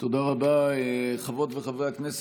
תקנות סמכויות מיוחדות להתמודדות עם נגיף הקורונה החדש